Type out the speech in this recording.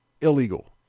illegal